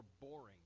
boring